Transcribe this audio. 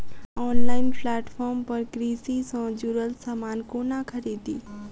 Online platform पर कृषि सँ जुड़ल समान कोना खरीदी?